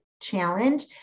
Challenge